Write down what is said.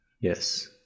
yes